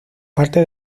parte